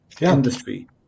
industry